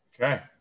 Okay